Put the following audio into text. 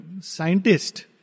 scientist